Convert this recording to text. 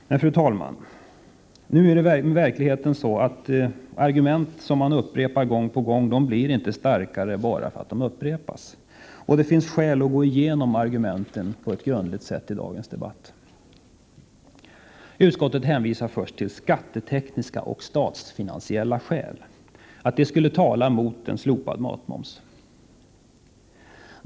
Men, fru talman, verkligheten är dock sådan att svaga argument inte blir starkare bara därför att de upprepas. Det finns skäl att gå igenom argumenten på ett grundligt sätt i dagens debatt. Utskottet hänvisar först till skattetekniska och statsfinansiella skäl som skulle tala mot slopad matmoms.